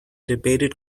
debated